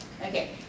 Okay